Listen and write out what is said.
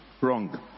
wrong